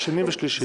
שני ושלישי.